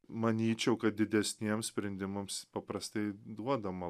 manyčiau kad didesniems sprendimams paprastai duodama